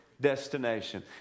destination